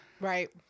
right